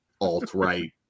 alt-right